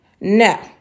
No